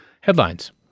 Headlines